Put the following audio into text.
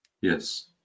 Yes